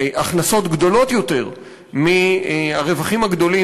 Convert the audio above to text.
הכנסות גדולות יותר מהרווחים הגדולים,